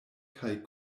kaj